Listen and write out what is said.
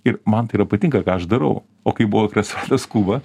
ir man tai yra patinka ką aš darau o kai buvo restoranas kuba